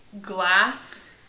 glass